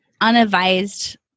unadvised